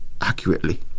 accurately